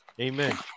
Amen